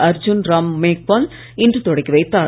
அர்ஜூன் ராம் மேக்வால் இன்று தொடங்கி வைத்தார்